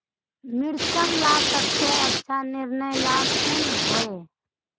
मिर्चन ला सबसे अच्छा निर्णय ला कुन होई?